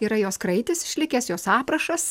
yra jos kraitis išlikęs jos aprašas